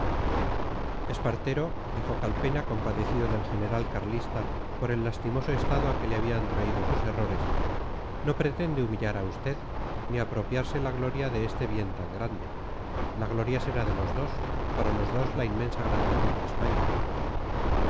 espartero dijo calpena compadecido del general carlista por el lastimoso estado a que le habían traído sus errores no pretende humillar a usted ni apropiarse la gloria de este bien tan grande la gloria será de los dos para los dos la inmensa gratitud de españa